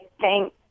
thanks